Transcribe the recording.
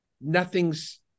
Nothing's